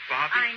Bobby